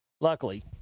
luckily